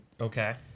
Okay